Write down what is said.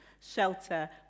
shelter